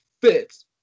fits